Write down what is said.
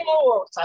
more